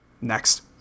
Next